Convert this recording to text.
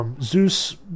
Zeus